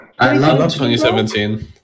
2017